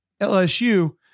LSU